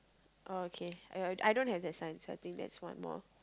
oh okay I I don't have that sign so I think that's one more